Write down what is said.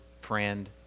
friend